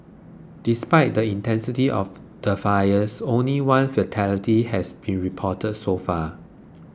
despite the intensity of the fires only one fatality has been reported so far